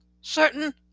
certain